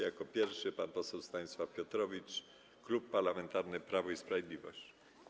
Jako pierwszy pan poseł Stanisław Piotrowicz, Klub Parlamentarny Prawo i Sprawiedliwość.